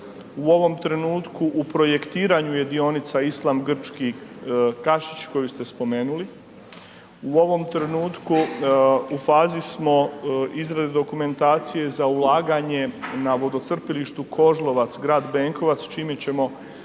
u ovom trenutku u projektiranju je dionica Islam Grčki Kašić koju ste spomenuli, u ovom trenutku u fazi smo izrade dokumentacije za ulaganje na vodocrpilištu Kožlovac grad Benkovac čime ćemo kreirati